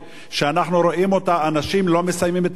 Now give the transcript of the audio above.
שאנחנו רואים אותה, אנשים לא מסיימים את החודש.